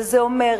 וזה אומר,